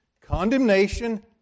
condemnation